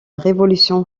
révolution